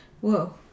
Whoa